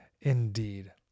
indeed